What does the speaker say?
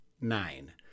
nine